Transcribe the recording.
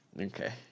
Okay